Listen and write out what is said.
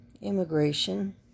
Immigration